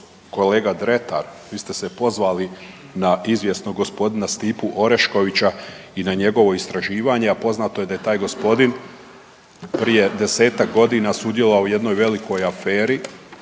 Kolega Dretar, vi ste se pozvali na izvjesnog g. Stipu Oreškovića i na njegovo istraživanje, a poznato je da je taj gospodin prije 10-tak godina sudjelovao u jednoj velikoj aferi